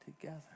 together